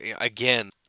again